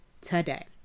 today